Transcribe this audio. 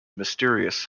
mysterious